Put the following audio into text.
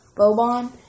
Bobon